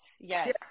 Yes